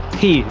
he is.